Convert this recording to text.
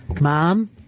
Mom